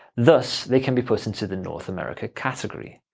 thus, they can be put into the north america category.